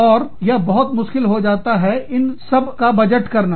और यह बहुत मुश्किल हो जाता है इन सबका बजट करना